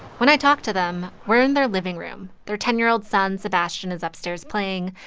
when i talk to them, we're in their living room. their ten year old son, sebastian, is upstairs playing,